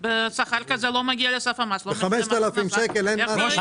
בשכר כזה אתה לא מגיע לסף המס --- ב-5,000 שקל אין מס בכלל.